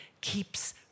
keeps